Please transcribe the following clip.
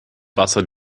wasser